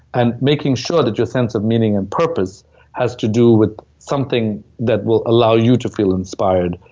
and making sure that your sense of meaning and purpose has to do with something that will allow you to feel inspired,